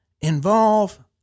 Involve